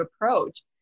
approach